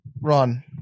run